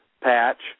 patch